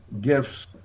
gifts